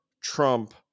Trump